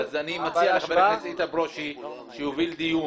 אני מציע שחבר הכנסת איתן ברושי יוביל דיון